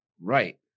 Right